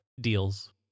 Deals